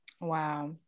Wow